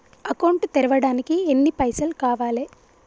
Account తెరవడానికి ఎన్ని పైసల్ కావాలే?